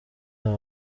aba